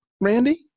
Randy